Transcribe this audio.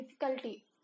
difficulty